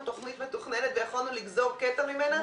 תוכנית מתוכננת ויכולנו לגזור קטע ממנה,